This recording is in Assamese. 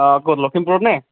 ক'ত লখিমপুৰতনে